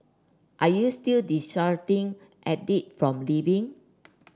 are you still dissuading Aide from leaving